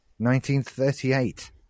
1938